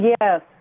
Yes